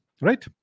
right